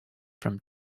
from